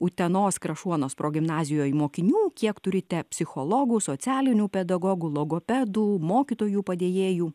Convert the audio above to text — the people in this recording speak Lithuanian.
utenos krašuonos progimnazijoj mokinių kiek turite psichologų socialinių pedagogų logopedų mokytojų padėjėjų